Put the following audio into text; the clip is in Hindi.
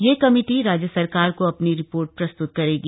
यह कमेटी राज्य सरकार को अपनी रिपोर्ट प्रस्त्त करेगी